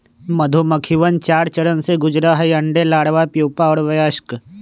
मधुमक्खिवन चार चरण से गुजरा हई अंडे, लार्वा, प्यूपा और वयस्क